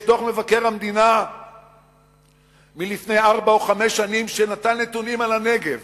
יש דוח מבקר המדינה מלפני ארבע שנים או חמש שמביא נתונים על הנגב,